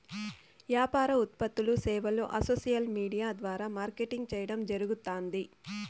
యాపార ఉత్పత్తులూ, సేవలూ ఆ సోసల్ విూడియా ద్వారా మార్కెటింగ్ చేయడం జరగుతాంది